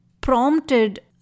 prompted